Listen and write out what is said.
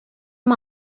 amb